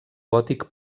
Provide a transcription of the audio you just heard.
gòtic